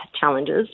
challenges